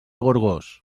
gorgos